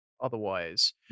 otherwise